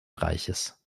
reiches